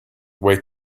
wait